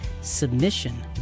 submission